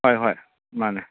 ꯍꯣꯏ ꯍꯣꯏ ꯃꯥꯅꯤ